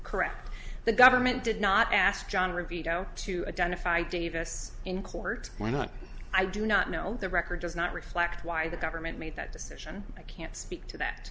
correct the government did not ask john review go to identify davis in court why not i do not know the record does not reflect why the government made that decision i can't speak to that